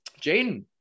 Jaden